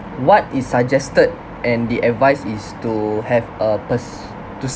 what is suggested and the advice is to have a purse to